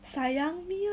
sayang me lah